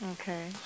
Okay